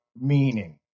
meaning